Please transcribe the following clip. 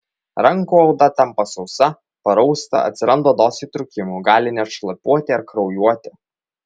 rankų oda tampa sausa parausta atsiranda odos įtrūkimų gali net šlapiuoti ar kraujuoti